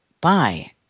bye